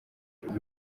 peter